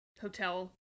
hotel